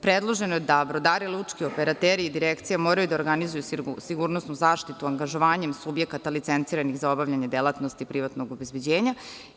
Predloženo je da brodari, lučki operateri i direkcija moraju da organizuju sigurnosnu zaštitu angažovanjem subjekata licenciranih za obavljanje ove delatnosti privatnog obezbeđenja.